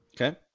okay